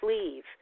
leave